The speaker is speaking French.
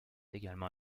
également